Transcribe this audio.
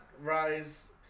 rise